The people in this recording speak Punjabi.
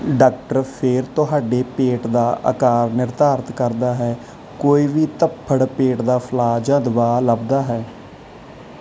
ਡਾਕਟਰ ਫਿਰ ਤੁਹਾਡੇ ਪੇਟ ਦਾ ਆਕਾਰ ਨਿਰਧਾਰਤ ਕਰਦਾ ਹੈ ਕੋਈ ਵੀ ਧੱਫੜ ਪੇਟ ਦਾ ਫੈਲਾਅ ਜਾਂ ਦਬਾਅ ਲੱਭਦਾ ਹੈ